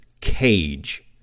cage